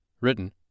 written